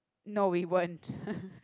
no we weren't